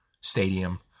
stadium